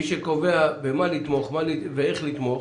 מי שקובע במה לתמוך ואיך לתמוך,